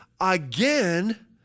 Again